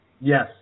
Yes